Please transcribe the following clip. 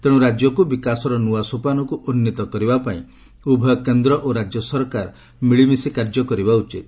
ତେଣୁ ରାଜ୍ୟକୁ ବିକାଶର ନୂଆ ସୋପାନକୁ ଉନ୍ନିତ କରିବା ପାଇଁ ଉଭୟ କେନ୍ଦ୍ର ଓ ରାଜ୍ୟ ସରକାର ମିଳିମିଶି କାର୍ଯ୍ୟ କରିବା ଉଚିତ୍